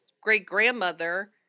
great-grandmother